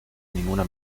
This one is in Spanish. ninguna